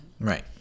Right